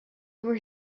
were